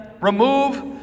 remove